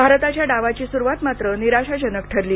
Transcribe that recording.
भारताच्या डावाची सुरुवात मात्र निराशाजनक ठरली